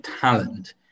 talent